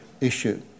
issue